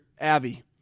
Avi